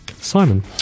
Simon